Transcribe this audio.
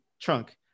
trunk